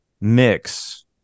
mix